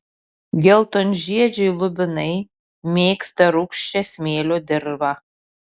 geltonžiedžiai lubinai mėgsta rūgščią smėlio dirvą